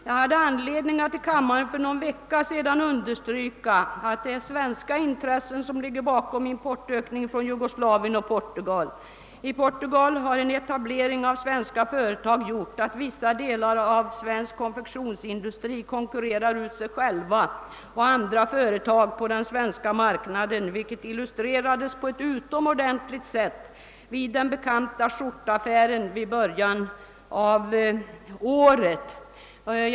Jag hade anledning att i kammaren för någon vecka sedan understryka att det är svenska intressen, som ligger bakom importökningen från Jugoslavien och Portugal. I Portugal har en etablering av svenska företag medfört att vissa delar av svensk konfektionsindustri konkurrerar med sig själva och andra företag på den svenska marknaden, vilket illustrerades på ett utomordentligt sätt vid den bekanta skjortaffären i början av detta år.